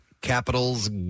Capital's